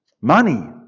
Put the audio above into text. Money